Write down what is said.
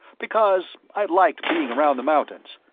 because i liked being around the mountains.